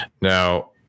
Now